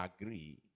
agree